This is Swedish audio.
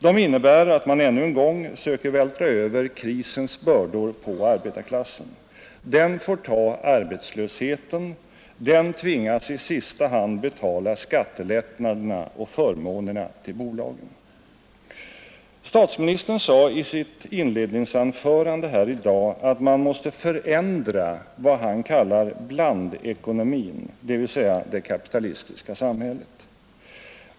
De innebär att man ännu en gång söker vältra över krisens bördor på arbetarklassen. Den får ta arbetslösheten. Den tvingas i sista hand betala skattelättnaderna och förmånerna till bolagen. Statsministern sade i sitt inledningsanförande i dag att man måste förändra vad han kallar blandekonomin, dvs. det kapitalistiska samhället.